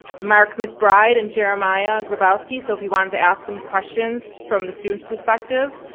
mark mcbride and jeremiah grabowski, so if you wanted to ask them questions from the student's perspective,